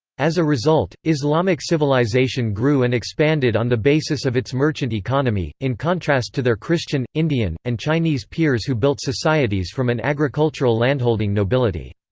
as a result, islamic civilization grew and expanded on the basis of its merchant economy, in contrast to their christian, indian, and chinese peers who built societies from an agricultural landholding nobility.